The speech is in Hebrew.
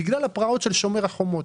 בגלל הפרעות של שומר החומות.